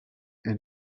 elle